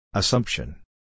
Assumption